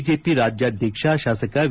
BJP ರಾಜ್ಯಾಧಕ್ಷ್ಯ ಶಾಸಕ V